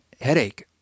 headache